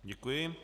Děkuji.